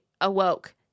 awoke